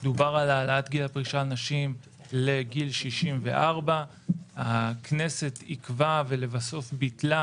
דובר על העלאת גיל הפרישה של נשים לגיל 64. הכנסת עיכבה ולבסוף ביטלה